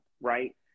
right